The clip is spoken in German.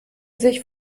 sich